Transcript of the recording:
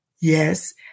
Yes